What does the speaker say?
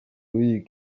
w’iyi